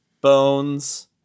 Bones